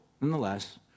nonetheless